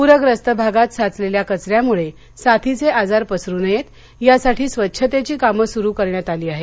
पूर्यस्त भागात साचलेल्या कचन्यामुळे साथीचे आजार पसरू नयेत यासाठी स्वच्छतेची कामं सुरू करण्यात आली आहेत